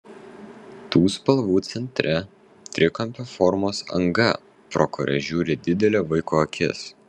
tų spalvų centre trikampio formos anga pro kuria žiūri didelė vaiko akis